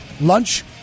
lunch